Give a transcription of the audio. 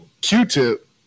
Q-Tip